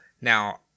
Now